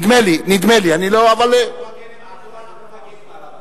נדמה לי, נדמה לי, אבל, אפילו אנחנו מגינים עליו.